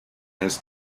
has